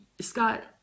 Scott